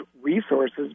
resources